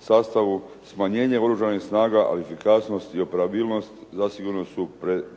sastavu smanjenje Oružanih snaga, a efikasnost i operabilnost zasigurno su